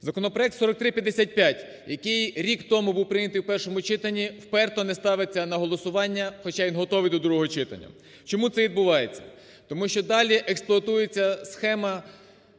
Законопроект 4355, який рік тому був прийнятий у першому читанні, вперто не ставиться на голосування, хоча і готовий до другого читання. Чому це відбувається? Тому що далі експлуатується схема